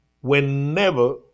Whenever